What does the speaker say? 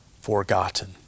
forgotten